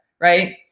right